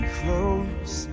close